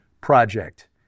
Project